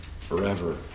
forever